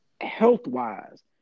health-wise